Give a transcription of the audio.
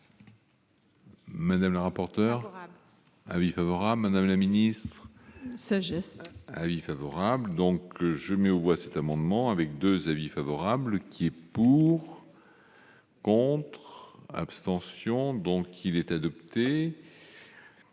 Madame la rapporteure avis favorable Madame la Ministre, sagesse il. Favorable donc que je mets aux voix cet amendement avec 2 avis favorable qui est pour. Compte abstention donc. Il est adopté,